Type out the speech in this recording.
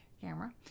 camera